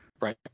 right